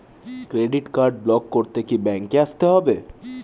Credit card block করতে কি ব্যাংকে আসতে হবে?